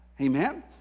Amen